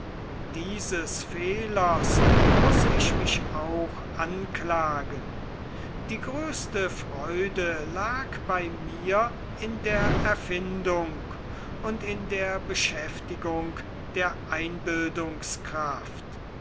dieses fehlers muß ich mich auch anklagen die größte freude lag bei mir in der erfindung und in der beschäftigung der